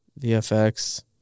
VFX